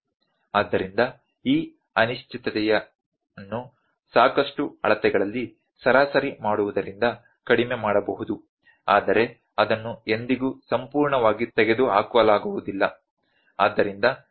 ಆದ್ದರಿಂದ ಈ ಅನಿಶ್ಚಿತತೆಯ ಅನ್ನು ಸಾಕಷ್ಟು ಅಳತೆಗಳಲ್ಲಿ ಸರಾಸರಿ ಮಾಡುವುದರಿಂದ ಕಡಿಮೆ ಮಾಡಬಹುದು ಆದರೆ ಅದನ್ನು ಎಂದಿಗೂ ಸಂಪೂರ್ಣವಾಗಿ ತೆಗೆದುಹಾಕಲಾಗುವುದಿಲ್ಲ